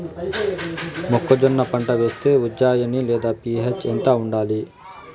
మొక్కజొన్న పంట వేస్తే ఉజ్జయని లేదా పి.హెచ్ ఎంత ఉండాలి?